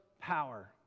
power